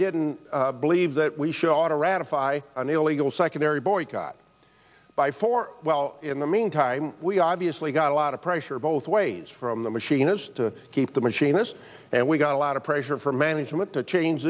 didn't believe that we show auto ratify an illegal secondary boycott by for well in the meantime we obviously got a lot of pressure both ways from the machinist to keep the machinist and we got a lot of pressure from management to change